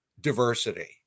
diversity